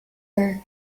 are